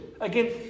Again